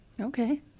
Okay